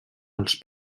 els